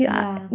yeah